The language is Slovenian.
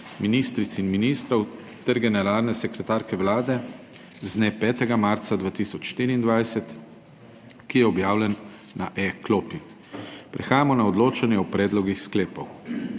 ministric in ministrov ter generalne sekretarke Vlade z dne 5. marca 2024, ki je objavljen na e-klopi. Prehajamo na odločanje o predlogih sklepov.